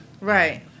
Right